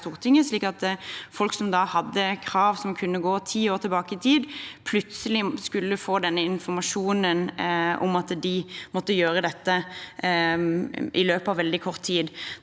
så folk som hadde krav som kunne gå ti år tilbake i tid, fikk da plutselig denne informasjonen om at de måtte gjøre dette i løpet av veldig kort tid.